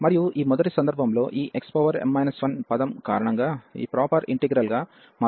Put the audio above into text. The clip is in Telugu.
మరియు ఈ మొదటి సందర్భంలో ఈ xm 1 పదం కారణంగా ఈ ప్రాపర్ ఇంటిగ్రల్ గా మారుతోంది